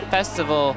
Festival